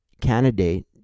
candidate